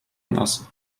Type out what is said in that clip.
nas